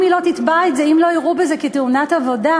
אם לא יראו בזה תאונת עבודה,